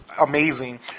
amazing